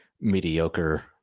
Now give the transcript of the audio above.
mediocre